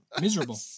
Miserable